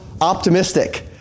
optimistic